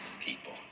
people